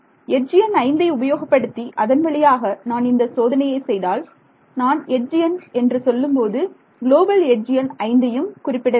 edge எண் ஐந்தை உபயோகப்படுத்தி அதன் வழியாக நான் இந்த சோதனையை செய்தால் நான் எட்ஜ் எண் என்று சொல்லும்போது குளோபல் எட்ஜ் எண் ஐந்தையும் நான் குறிப்பிட வேண்டும்